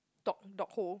dog dog hole